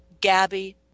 Gabby